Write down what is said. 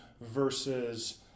versus